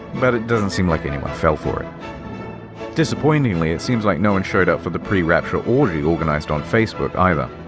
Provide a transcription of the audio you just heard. but it doesn't seem like anyone fell for it disappointingly, it seems like no one showed up for the pre-rapture orgy organized on facebook either.